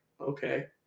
okay